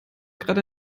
gerade